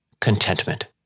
contentment